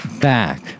back